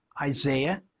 Isaiah